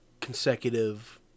consecutive